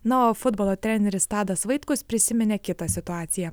na o futbolo treneris tadas vaitkus prisiminė kitą situaciją